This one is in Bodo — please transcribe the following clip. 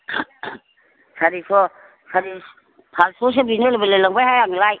सारिस' सारि पास्स'सो बिनो लुबैलायलांबायहाय आंलाय